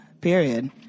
period